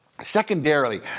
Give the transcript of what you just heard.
Secondarily